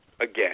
again